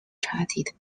charted